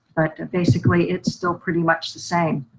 basically it's still pretty much the same.